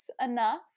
enough